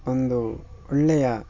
ಒಂದು ಒಳ್ಳೆಯ